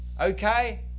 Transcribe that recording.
okay